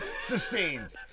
Sustained